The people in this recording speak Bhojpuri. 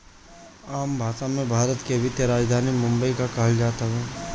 आम भासा मे, भारत के वित्तीय राजधानी बम्बई के कहल जात हवे